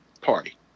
party